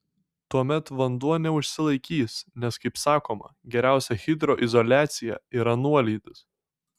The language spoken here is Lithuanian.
tuomet vanduo neužsilaikys nes kaip sakoma geriausia hidroizoliacija yra nuolydis